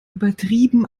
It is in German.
übertrieben